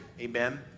amen